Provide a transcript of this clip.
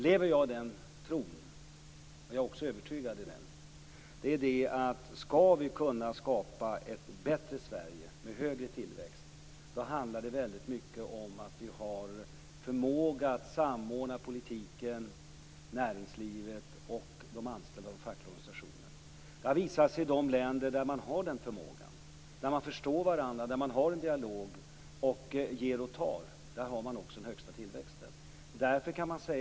lever jag i den tron, och jag är också övertygad i den, att om vi skall kunna skapa ett bättre Sverige med högre tillväxt handlar det mycket om att vi har förmåga att samordna politiken, näringslivet, de anställda och de fackliga organisationerna. I de län där man har den förmågan, där man förstår varandra och har en dialog och ger och tar, har man också den högsta tillväxten.